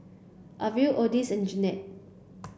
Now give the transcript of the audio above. Arvel Odis and Janette